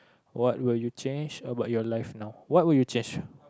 what would you change about your life now what would you change